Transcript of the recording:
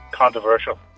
Controversial